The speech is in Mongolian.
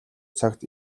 цагт